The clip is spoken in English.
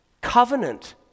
Covenant